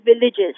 villages